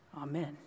Amen